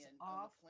off